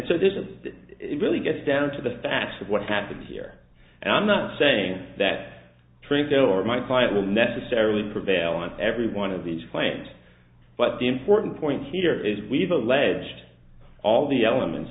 is it really gets down to the facts of what happened here and i'm not saying that trinket or my client will necessarily prevail on every one of these claims but the important point here is we've alleged all the elements